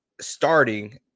starting